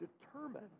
determine